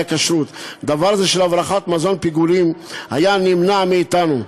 הדבר הזה של הברחת מזון פיגולים היה נמנע מאתנו,